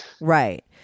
Right